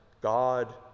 God